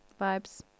vibes